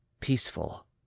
Peaceful